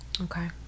Okay